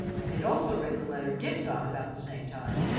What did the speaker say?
and had also read the letter dick got about the same time,